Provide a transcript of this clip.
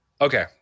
Okay